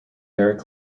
derek